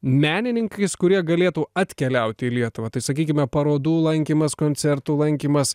menininkais kurie galėtų atkeliaut į lietuvą tai sakykime parodų lankymas koncertų lankymas